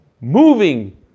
moving